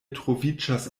troviĝas